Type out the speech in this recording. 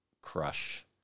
crush